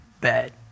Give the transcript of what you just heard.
Bad